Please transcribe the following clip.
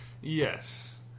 yes